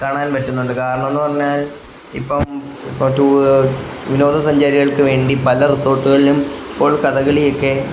കാണാൻ പറ്റുന്നുണ്ട് കാരണം എന്നു പറഞ്ഞാൽ ഇപ്പം ഇപ്പം റ്റൂ വിനോദസഞ്ചാരികൾക്കു വേണ്ടി പല റിസോർട്ടുകളിലും ഇപ്പോൾ കഥകളിയൊക്കെ